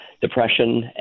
depression